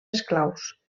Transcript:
esclaus